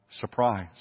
surprise